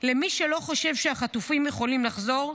למי שלא חושב שהחטופים יכולים לחזור,